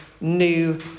new